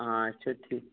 اَچھا ٹھیٖک